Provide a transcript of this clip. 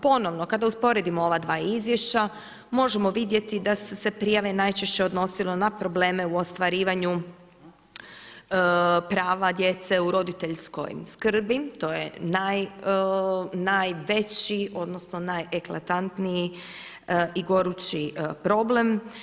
Ponovno kada usporedimo ova dva izvješća možemo vidjeti da su se prijave najčešće odnosile na probleme u ostvarivanju prava djece u roditeljskoj skrbi, to je najveći odnosno najeklatantniji gorući problem.